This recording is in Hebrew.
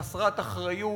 חסרת אחריות.